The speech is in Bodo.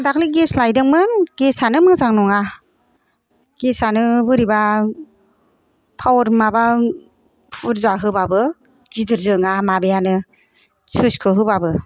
आं दाखालि गेस लायदोंमोन गेसानो मोजां नङा गेसानो बोरैबा पावार माबा बुर्जा होबाबो गिदिर जोङा माबायानो सुइसखौ होबाबो